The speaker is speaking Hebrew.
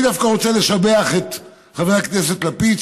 אני דווקא רוצה לשבח את חבר הכנסת לפיד,